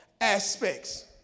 aspects